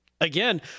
again